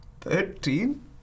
Thirteen